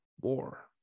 war